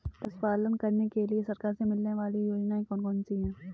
पशु पालन करने के लिए सरकार से मिलने वाली योजनाएँ कौन कौन सी हैं?